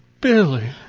Billy